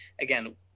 Again